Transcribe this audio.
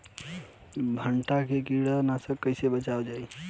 भनटा मे कीटाणु से कईसे बचावल जाई?